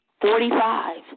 forty-five